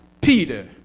Peter